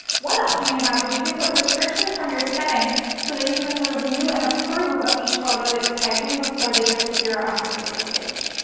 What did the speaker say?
one option you have is you can put restrictions from your settings so that you can review and approve of each photo that you're tagged in before they just appear on your facebook page.